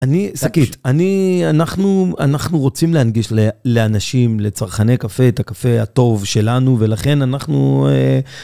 אני, אנחנו, אנחנו רוצים להנגיש לאנשים, לצרכני קפה את הקפה הטוב שלנו, ולכן אנחנו...